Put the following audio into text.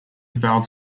valve